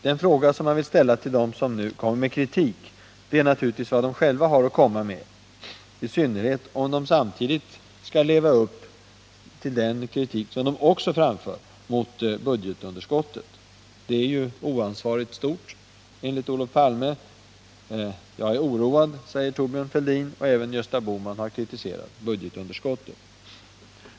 Den fråga man vill ställa till dem som nu framför kritik är naturligtvis vad de själva har att komma med, i synnerhet om de samtidigt skall leva upp till de anmärkningar de också framför mot budgetunderskottet. Det är ”oansvarigt stort” enligt Olof Palme. ”Jag är oroad”, säger Thorbjörn Fälldin. Även Gösta Bohman har kritiserat budgetunderskottet.